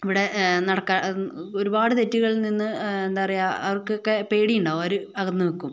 ഇവിടെ നടക്ക ഒരുപാട് തെറ്റുകളിൽ നിന്ന് എന്താ പറയുക അവർക്ക് പേടി ഉണ്ടാവും അവര് അകന്ന് നിക്കും